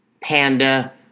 Panda